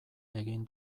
egin